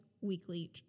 weekly